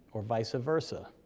or visa versa.